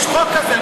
יש חוק כזה.